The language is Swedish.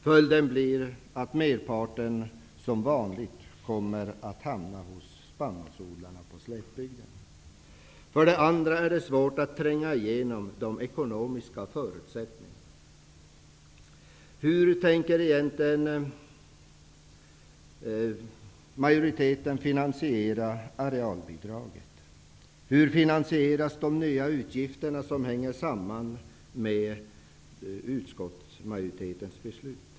Följden blir att merparten som vanligt kommer att hamna hos spannmålsodlarna på slätbygden. För det andra är det svårt att tränga igenom de ekonomiska förutsättningarna. Hur tänker egentligen majoriteten finansiera arealbidraget? Hur finansieras de nya utgifter som hänger samman med utskottsmajoritetens beslut?